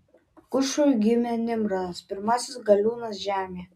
kušui gimė nimrodas pirmasis galiūnas žemėje